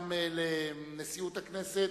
גם לנשיאות הכנסת,